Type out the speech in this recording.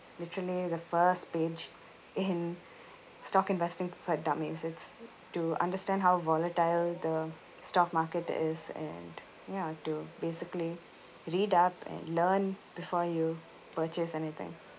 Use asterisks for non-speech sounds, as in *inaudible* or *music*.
literally the first page in *laughs* stock investing for dummies it's to understand how volatile the stock market is and ya to basically read up and learn before you purchase anything